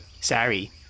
sorry